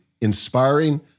inspiring